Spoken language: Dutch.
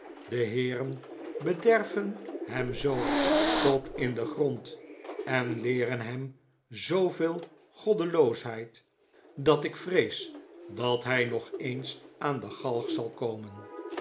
de heeren bederven hem zoo tot in den grond en leeren hem zooveel goddeloosheid dat ik vrees dat hij nog eens aan de galg zal komen